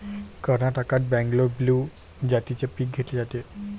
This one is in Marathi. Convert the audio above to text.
कर्नाटकात बंगलोर ब्लू जातीचे पीक घेतले जाते